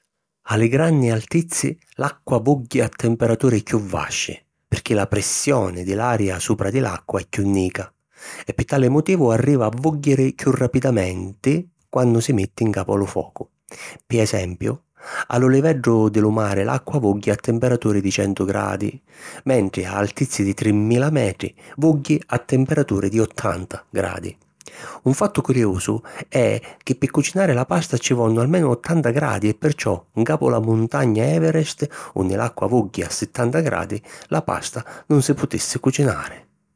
A li granni altizzi, l’acqua vugghi a temperaturi chiù vasci pirchì la pressioni di l’aria supra di l’acqua è chiù nica e pi tali motivu arriva a vùgghiri chiù rapidamenti quannu si metti ncapu a lu focu. Pi esempiu, a lu liveddu di lu mari l’acqua vugghi a temperaturi di centu gradi mentri a altizzi di trimmila metri, vugghi a temperaturi di ottanta gradi. Un fattu curiusu è chi pi cucinari la pasta ci vonnu almenu ottanta gradi e perciò ncapu la muntagna Everest, unni l’acqua vugghi a sittanta gradi, la pasta nun si putissi cucinari.